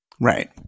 right